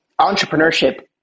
Entrepreneurship